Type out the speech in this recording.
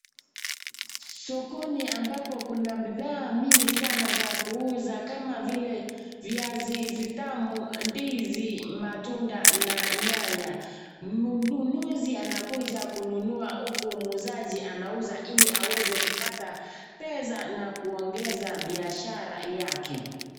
Sokoni ambapo kuna bidhaa mingi sana kama vile viazi vitamu, ndizi, matunda na nyanya. Mnunuzi anakuja kununua huku muuzaji anauza ili aweze kupata pesa na kuongeza biashara yake.